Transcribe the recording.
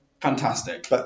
Fantastic